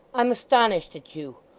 i'm astonished at you.